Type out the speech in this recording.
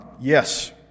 Yes